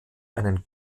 einen